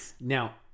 Now